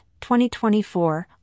2024